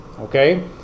okay